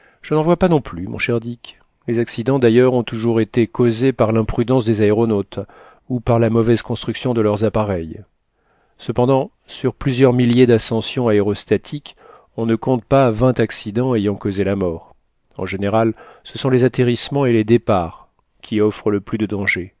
je n'en vois pas non plus mon cher dick les accidents d'ailleurs ont toujours été causés par l'imprudence des aéronautes ou par la mauvaise construction de leurs appareils cependant sur plusieurs milliers d'ascensions aérostatiques on ne compte pas vingt accidents ayant causé la mort en général ce sont les attérissements et les départs qui offrent le plus de dangers